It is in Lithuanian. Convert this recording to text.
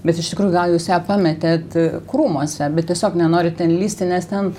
bet iš tikrųjų gal jūs ją pametėt krūmuose bet tiesiog nenorit ten lįsti nes ten